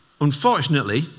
Unfortunately